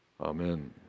Amen